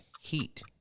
Heat